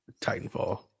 Titanfall